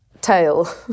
tail